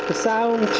sound